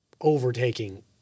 overtaking